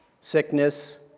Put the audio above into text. Sickness